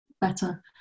better